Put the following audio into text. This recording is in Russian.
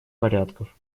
порядков